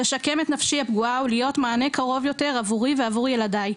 לשקם את נפשי הפגועה ולהיות מענה קרוב יותר עבורי ועבור ילדיי.